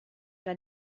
era